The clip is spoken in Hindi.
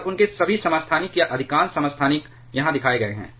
और उनके सभी समस्थानिक या अधिकांश समस्थानिक यहां दिखाए गए हैं